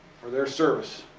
for their service.